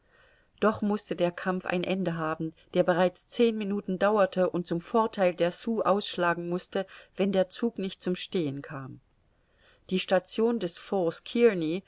doch mußte der kampf ein ende haben der bereits zehn minuten dauerte und zum vortheil der sioux ausschlagen mußte wenn der zug nicht zum stehen kam die station des forts